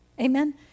Amen